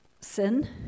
Sin